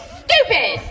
stupid